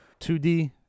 2D